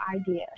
idea